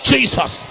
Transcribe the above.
Jesus